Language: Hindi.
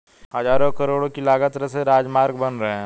हज़ारों करोड़ की लागत से राजमार्ग बन रहे हैं